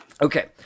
Okay